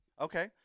Okay